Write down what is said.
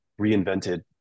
Reinvented